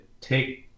take